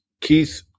Keith